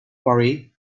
worry